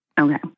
Okay